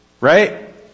Right